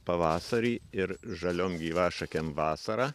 pavasarį ir žaliom gyvašakėm vasarą